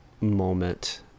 moment